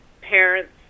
parents